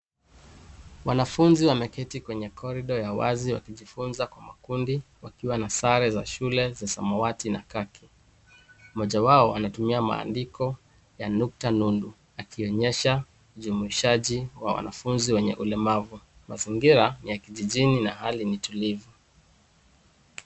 Wanafunzi wameketi kwenye corridor ya wazi wakijifunza kwa makundi wakiwa na sare za shule za samawati na khaki .Mmoja wao anatumia maandiko ya nukta nundu akionyesha ujumuishaji wa wanafunzi walemavu. Mazingira ni ya kijijini na hali ni tulivu.